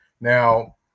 Now